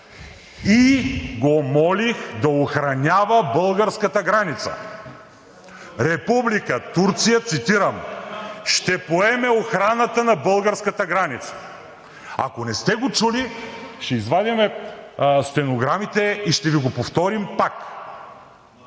и го молих да охранява българската граница?! „Република Турция, цитирам, ще поеме охраната на българската граница.“ Ако не сте го чули, ще извадим стенограмите и ще Ви го повторим пак.